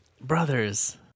Brothers